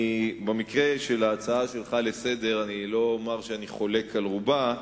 במקרה של ההצעה שלך לסדר-היום לא אומר שאני חולק על רובה,